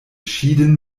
schieden